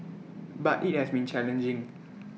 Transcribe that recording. but IT has been challenging